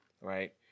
Right